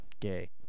gay